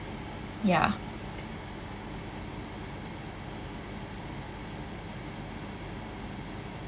ya